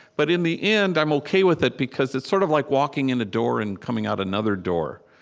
but in the end, i'm ok with it, because it's sort of like walking in a door and coming out another door.